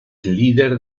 líder